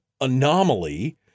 anomaly